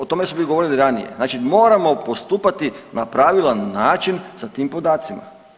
O tome smo govorili ranije, znači moramo postupati na pravilan način sa tim podacima.